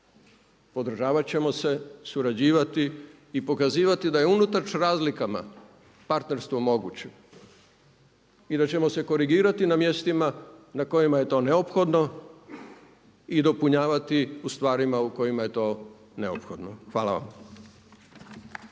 podržavat ćemo se, surađivati i pokazivati da je unatoč razlikama partnerstvo moguće i da ćemo se korigirati na mjestima na kojima je to neophodno i dopunjavati u stvarima u kojima je to neophodno. Hvala vam.